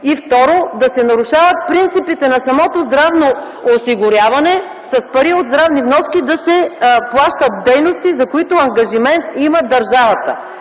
Второ, да се нарушават принципите на самото здравно осигуряване с пари от здравни вноски да се плащат дейности, за които ангажимент има държавата.